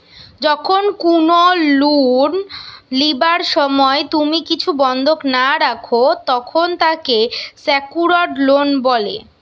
যখন কুনো লোন লিবার সময় তুমি কিছু বন্ধক না রাখো, তখন তাকে সেক্যুরড লোন বলে